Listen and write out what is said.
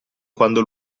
quando